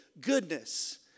goodness